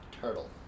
turtle